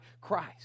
Christ